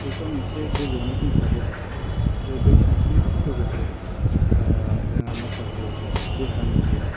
बेखौ आङो इसे गोजौआवनो बुंखाबोबाय बे दै सानस्रिनायजों लोगोसे जोंहा माखासे देहानिबो